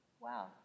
Wow